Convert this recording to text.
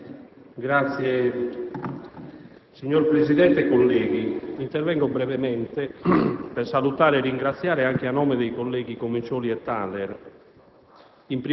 Questore*. Signor Presidente, colleghi, intervengo brevemente per salutare e ringraziare, anche a nome dei colleghi Comincioli e Thaler